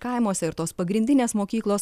kaimuose ir tos pagrindinės mokyklos